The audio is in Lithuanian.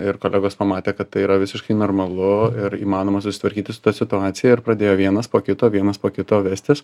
ir kolegos pamatė kad tai yra visiškai normalu ir įmanoma susitvarkyti su ta situacija ir pradėjo vienas po kito vienas po kito vestis